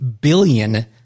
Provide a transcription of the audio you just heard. billion